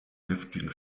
heftigen